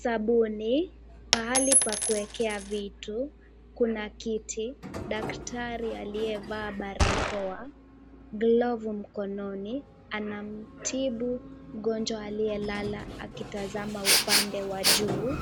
Sabuni, pahali pa kuwekea vitu, kuna kiti daktari aliyevaa barakoa, glovu mkononi anamtibu mgonjwa aliyelala akitazama upande wa juu